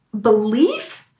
belief